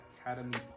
Academy